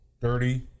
dirty